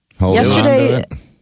Yesterday